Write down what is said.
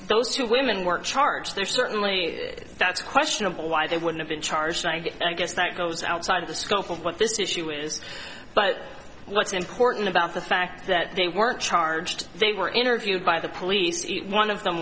those two women were charge there certainly that's questionable why they would have been charged i guess that goes outside the scope of what this issue is but what's important about the fact that they were charged they were interviewed by the police one of them